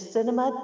Cinema